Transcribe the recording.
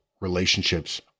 relationships